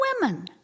women